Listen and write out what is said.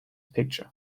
picture